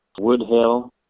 Woodhill